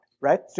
right